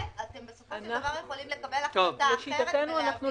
החלטה אחרת ולהביא את זה --- לשיטתנו אנחנו